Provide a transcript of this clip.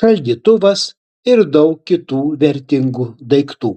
šaldytuvas ir daug kitų vertingų daiktų